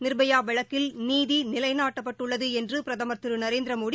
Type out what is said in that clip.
நிர்பயா வழக்கில் நீதி நிலைநாட்டப்பட்டுள்ளது என்று பிரதமர் திரு நரேந்திரமோடி